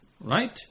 Right